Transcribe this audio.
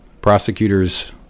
prosecutors